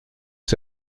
que